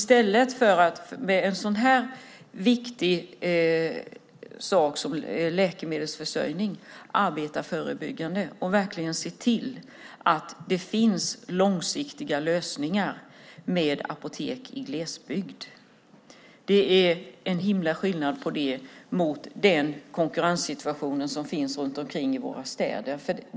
Så gör man med en så viktig sak som läkemedelsförsörjning i stället för att arbeta förebyggande och verkligen se till att det finns långsiktiga lösningar med apotek i glesbygd. Det är en himla skillnad på det och den konkurrenssituation som finns runt omkring i våra städer.